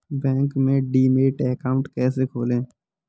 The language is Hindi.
बैंक में डीमैट अकाउंट कैसे खोलें?